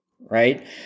Right